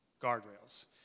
Guardrails